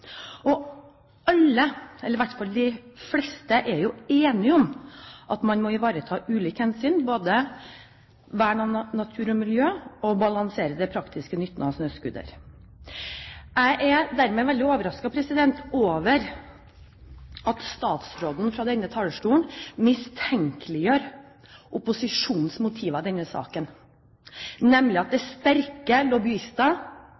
Alle – eller i hvert fall de fleste – er jo enige om at man må ivareta ulike hensyn, både vern av natur og miljø og å balansere den praktiske nytten av snøscooter. Jeg er dermed veldig overrasket over at statsråden fra denne talerstolen mistenkeliggjør opposisjonens motiver i denne saken, nemlig at det